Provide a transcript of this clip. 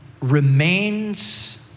remains